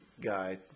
guy